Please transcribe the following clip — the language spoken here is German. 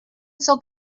zog